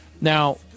now